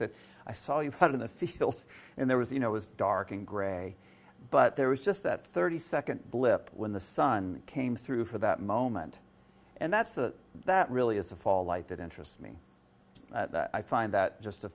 that i saw you had in the filth and there was you know it was dark and gray but there was just that thirty second blip when the sun came through for that moment and that's a that really is a fall light that interests me i find that just a